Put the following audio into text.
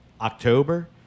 October